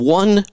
one